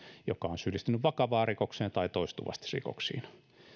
joka on syyllistynyt vakavaan rikokseen tai toistuvasti rikoksiin